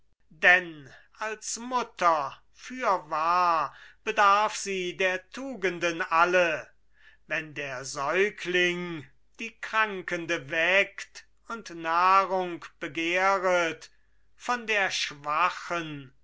denn als mutter fürwahr bedarf sie der tugenden alle wenn der säugling die krankende weckt und nahrung begehret von der schwachen